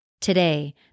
Today